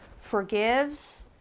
forgives